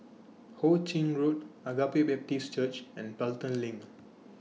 Ho Ching Road Agape Baptist Church and Pelton LINK